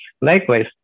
likewise